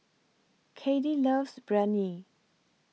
Cathie loves Biryani